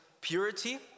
purity